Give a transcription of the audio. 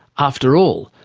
after all,